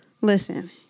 Listen